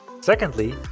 Secondly